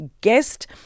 guest